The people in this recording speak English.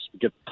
get